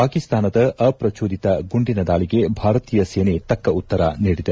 ಪಾಕಿಸ್ತಾನದ ಅಪ್ರಜೋದಿತ ಗುಂಡಿನ ದಾಳಿಗೆ ಭಾರತೀಯ ಸೇನೆ ತಕ್ಕ ಉತ್ತರ ನೀಡಿದೆ